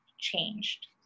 changed